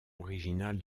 originale